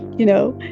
you know,